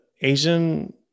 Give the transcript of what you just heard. Asian